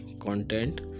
content